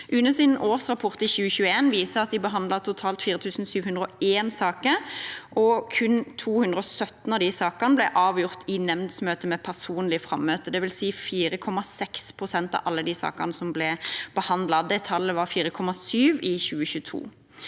UNEs årsrapport for 2021 viser at de behandlet totalt 4 701 saker, og i kun 217 av sakene ble saken avgjort i nemndmøte med personlig fremmøte, det vil si 4,6% pst. av alle sakene som ble behandlet. Det tallet var 4,7 i 2022.